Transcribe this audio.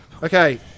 Okay